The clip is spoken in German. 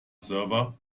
server